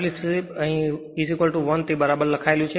કારણ કે પ્રારંભની સ્લીપ 1 અહીં તે બરાબર લખાયેલું છે